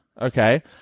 okay